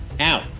Ow